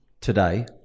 today